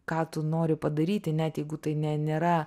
ką tu nori padaryti net jeigu tai ne nėra